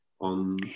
on